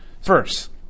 First